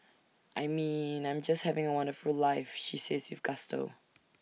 I mean I'm just having A wonderful life she says with gusto